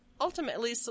Ultimately